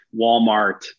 Walmart